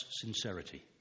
sincerity